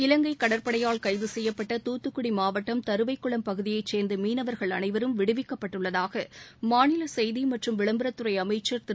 இலங்கை கடற்படையால் கைது செய்யப்பட்ட தூத்துக்குடி மாவட்டம் தருவைக்குளம் பகுதியைச் சேர்ந்த மீனவர்கள் அனைவரும் விடுவிக்கப்பட்டுள்ளதாக மாநில செய்தி மற்றும் விளம்பரத்துறை அமைச்சர் திரு